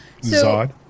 Zod